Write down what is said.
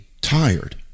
tired